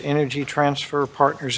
energy transfer partners